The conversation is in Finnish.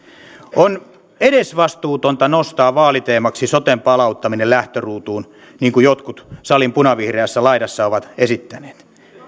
on edesvastuutonta nostaa vaaliteemaksi soten palauttaminen lähtöruutuun niin kuin jotkut salin punavihreässä laidassa ovat esittäneet